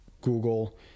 google